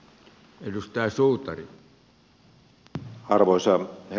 arvoisa herra puhemies